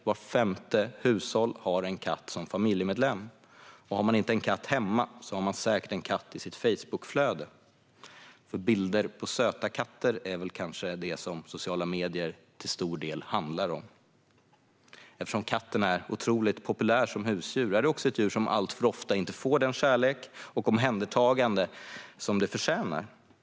Vart femte hushåll har en katt som familjemedlem, och har man inte en katt hemma har man säkert en katt i sitt Facebookflöde. Bilder på söta katter är väl kanske det som sociala medier till stor del handlar om. Eftersom katten är ett otroligt populär husdjur är det också ett djur som alltför ofta inte får den kärlek och det omhändertagande den förtjänar.